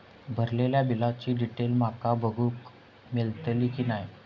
भरलेल्या बिलाची डिटेल माका बघूक मेलटली की नाय?